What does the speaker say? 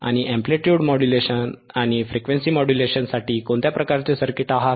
आणि amplitude modulation आणि frequency मॉड्युलेशनसाठी कोणत्या प्रकारचे सर्किट आहेत